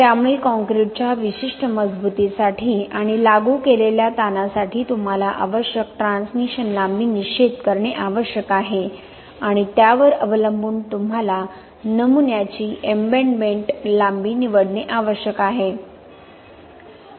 त्यामुळे कॉंक्रिटच्या विशिष्ट मजबुतीसाठी आणि लागू केलेल्या ताणासाठी तुम्हाला आवश्यक ट्रान्समिशन लांबी निश्चित करणे आवश्यक आहे आणि त्यावर अवलंबून तुम्हाला नमुन्याची एम्बेडमेंट लांबी निवडणे आवश्यक आहे